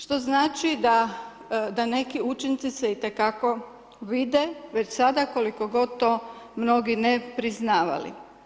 Što znači da neki učinci se itekako vide, već sada, koliko god to mnogi ne priznavali.